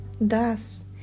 Thus